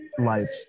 life